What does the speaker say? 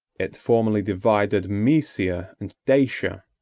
it formerly divided maesia and dacia,